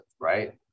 right